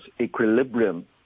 equilibrium